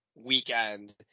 weekend